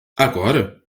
agora